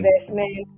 investment